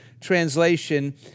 translation